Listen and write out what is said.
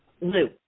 Lou